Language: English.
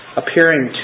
appearing